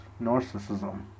narcissism